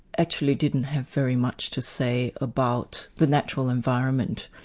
actually didn't have very much to say about the natural environment.